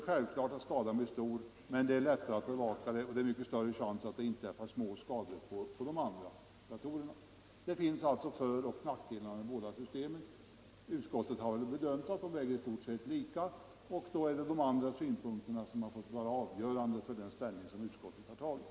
Det går lättare att åstadkomma skador på datorer som finns på många ställen i landet. Utskottet har bedömt systemen såsom i stort sett likvärdiga. Då har andra synpunkter fått vara avgörande för utskottets ställningstagande.